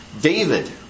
David